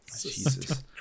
Jesus